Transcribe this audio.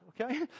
okay